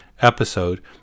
episode